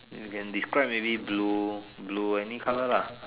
you can describe maybe blue blue any colour lah